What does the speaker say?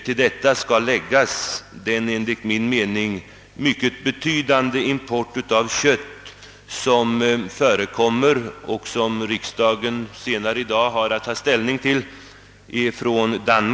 Till detta skall läggas den enligt min mening mycket betydande import av kött från exempelvis Danmark som riksdagen senare i dag har att ta ställning till.